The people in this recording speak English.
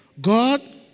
God